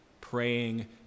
praying